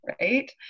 right